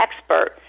expert